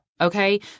okay